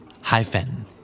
hyphen